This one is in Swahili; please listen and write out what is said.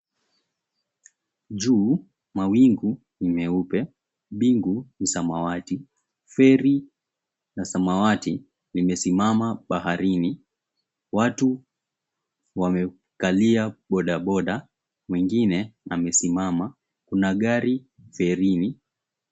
Juu mawingu ni meupe mbingu ni samawati feri la samawati limesimama baharini watu wamekalia boda boda wengine wamesimama, kuna gari ferini.